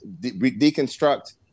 deconstruct